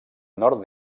nord